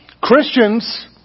Christians